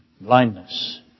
blindness